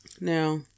Now